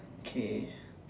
okay